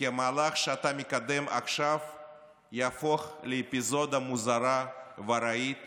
כי המהלך שאתה מקדם עכשיו יהפוך לאפיזודה מוזרה וארעית